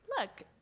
look